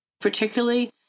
particularly